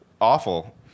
awful